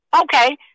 okay